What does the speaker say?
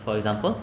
for example